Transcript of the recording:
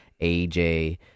AJ